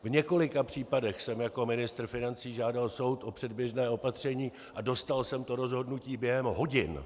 V několika případech jsem jako ministr financí žádal soud o předběžné opatření a dostal jsem to rozhodnutí během hodin.